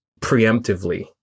preemptively